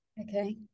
okay